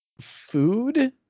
food